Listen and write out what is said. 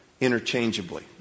interchangeably